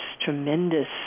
tremendous